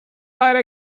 right